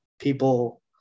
people